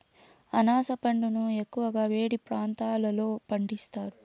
అనాస పండును ఎక్కువగా వేడి ప్రాంతాలలో పండిస్తారు